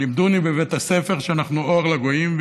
לימדוני בבית הספר שאנחנו אור לגויים,